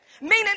Meaning